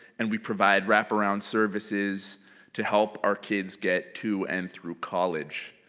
and we provide wrap-around services to help our kids get to and through college.